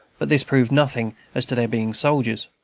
but this proved nothing as to their being soldiers.